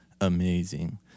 amazing